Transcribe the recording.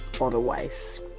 otherwise